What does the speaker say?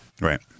Right